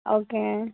okay